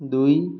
ଦୁଇ